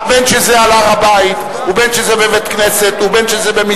בין שזה על הר-הבית ובין שזה בבית-כנסת,